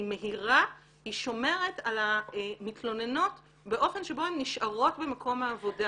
מהירה והיא שומרת על המתלוננת באופן שבו הן נשארות במקום העבודה.